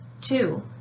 Two